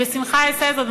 אני בשמחה אעשה זאת.